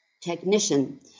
technician